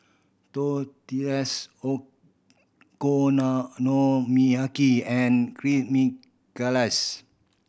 Tortillas Okonomiyaki and Chimichangas